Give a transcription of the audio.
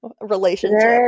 relationship